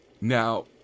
Now